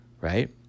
right